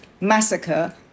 massacre